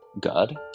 god